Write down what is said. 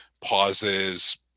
pauses